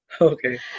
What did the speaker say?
Okay